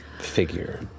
figure